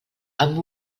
amb